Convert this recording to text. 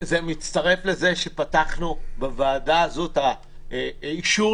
זה מצטרף לכך שפתחנו בוועדה הזאת אישור